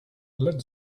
let